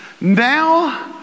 Now